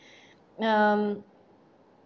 um